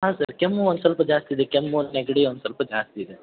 ಹಾಂ ಸರ್ ಕೆಮ್ಮು ಒಂದು ಸ್ವಲ್ಪ ಜಾಸ್ತಿ ಇದೆ ಕೆಮ್ಮು ನೆಗಡಿ ಒಂದು ಸ್ವಲ್ಪ ಜಾಸ್ತಿ ಇದೆ